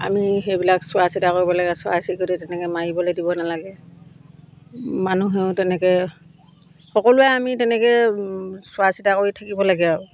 আমি সেইবিলাক চোৱা চিতা কৰিব লাগে চৰাই চিৰিকটি তেনেকৈ মাৰিবলৈ দিব নালাগে মানুহেও তেনেকৈ সকলোৱে আমি তেনেকৈ চোৱা চিতা কৰি থাকিব লাগে আৰু